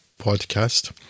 podcast